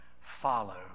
follow